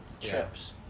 Trips